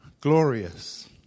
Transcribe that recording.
glorious